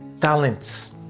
talents